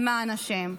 למען השם.